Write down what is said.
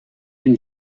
une